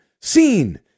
seen